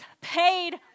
paid